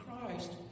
Christ